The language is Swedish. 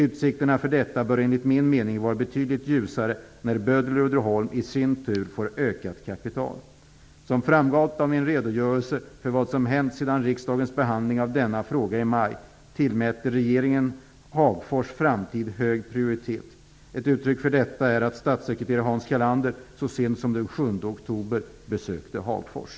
Utsikterna för detta bör enligt min mening vara betydligt ljusare när Böhler-Uddeholm i sin tur får ökat kapital. Som framgått av min redogörelse för vad som hänt sedan riksdagens behandling av denna fråga i maj, tillmäter regeringen Hagfors framtid hög prioritet. Ett uttryck för detta är att statssekreterare Hans